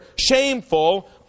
Shameful